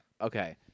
Okay